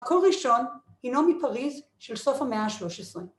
מקור ראשון הינו מפריז של סוף המאה ה-13